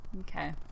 Okay